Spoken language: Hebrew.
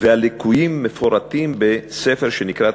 והליקויים מפורטים בספר שנקרא,